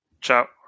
Ciao